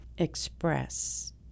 express